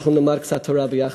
אנחנו נאמר קצת תורה יחד,